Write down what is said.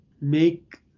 make